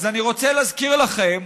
אני רוצה להזכיר לכם,